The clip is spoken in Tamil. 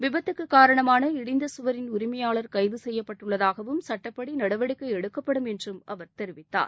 விபத்துக்கு காரணமான இடிந்த சுவரின் உரிமையாளர் கைது செய்யப்பட்டுள்ளதாகவும் சட்டப்படி நடவடிக்கை எடுக்கப்படும் என்றும் அவர் தெரிவித்தார்